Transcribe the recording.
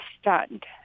stunned